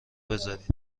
بزارین